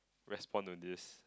respond to this